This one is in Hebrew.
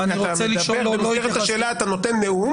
אתה מדבר ובמסגרת השאלה אתה נותן נאום